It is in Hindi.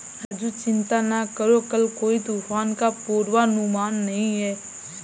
राजू चिंता ना करो कल कोई तूफान का पूर्वानुमान नहीं है